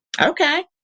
Okay